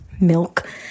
milk